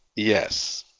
yes.